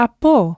Apo